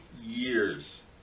years